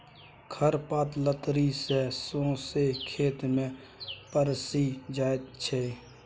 खर पात लतरि केँ सौंसे खेत मे पसरि जाइ छै